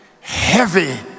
heavy